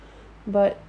but